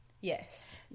Yes